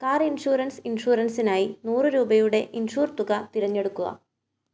car insurance ഇൻഷുറൻസിനായി നൂറ് രൂപയുടെ ഇൻഷുർ തുക തിരഞ്ഞെടുക്കുക